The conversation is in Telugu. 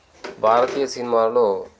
భారతీయ సినిమాల్లో